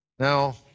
Now